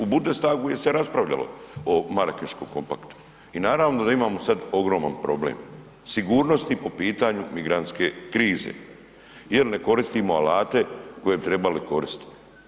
U Bundestagu se raspravljalo o Marakeškom kompaktu i naravno da imamo sad ogroman problem sigurnosti po pitanju migrantske krize jer ne koristimo alate koje bi trebali koristiti.